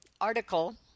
article